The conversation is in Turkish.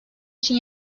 için